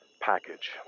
package